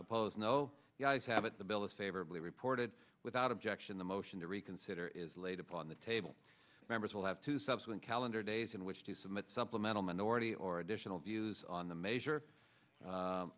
oppose no you guys have it the bill is favorably reported without objection the motion to reconsider is laid upon the table members will have two subsequent calendar days in which to submit supplemental minority or additional views on the m